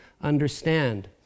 understand